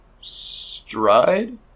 stride